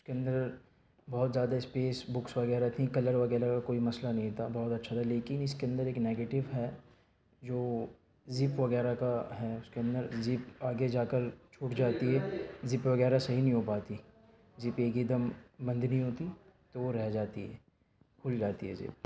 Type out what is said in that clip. اُس کے اندر بہت زیادہ اسپیس بُکس وغیرہ تھیں کلر وغیرہ کا کوئی مسئلہ نہیں تھا بہت اچھا تھا لیکن اِس کے اندر ایک نگیٹیو ہے جو زِپ وغیرہ کا ہیں اُس کے اندر زِپ آگے جا کر چُھوٹ جاتی ہے زِپ وغیرہ صحیح نہیں ہو پاتی زِپ ایک ہی دم بند نہیں ہوتی تو وہ رہ جاتی ہے کُھل جاتی ہے زِپ